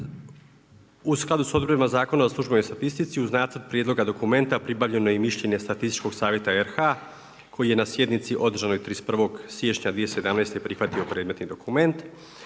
U skladu s odredbama Zakona o službenoj statistici uz Nacrt prijedloga dokumenta pribavljeno je mišljenje Statističkog savjeta RH koji je na sjednici održanoj 31. siječnja 2017. prihvatio predmetni dokument.